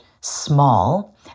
small